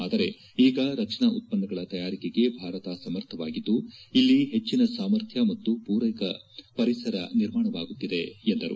ಆದರೆ ಈಗ ರಕ್ಷಣಾ ಉತ್ಪನ್ನಗಳ ತಯಾರಿಕೆಗೆ ಭಾರತ ಸಮರ್ಥವಾಗಿದ್ದು ಇಲ್ಲಿ ಹೆಚ್ಚನ ಸಾಮರ್ಥ್ಯ ಮತ್ತು ಪೂರಕ ಪರಿಸರ ನಿರ್ಮಾಣವಾಗುತ್ಸಿದೆ ಎಂದು ತಿಳಿಸಿದರು